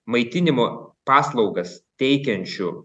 maitinimo paslaugas teikiančių